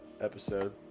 episode